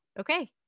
Okay